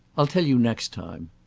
i'll tell you next time.